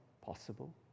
possible